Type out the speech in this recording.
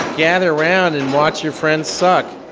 gather around and watch your friends suck.